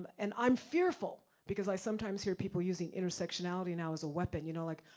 and i'm fearful, because i sometimes hear people using intersectionality now as a weapon. you know like,